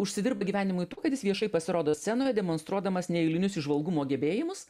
užsidirba gyvenimui tuo kad jis viešai pasirodo scenoj demonstruodamas neeilinius įžvalgumo gebėjimus